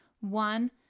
One